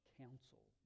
counsel